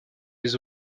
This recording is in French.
les